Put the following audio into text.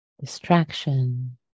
distraction